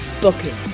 Booking